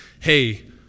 hey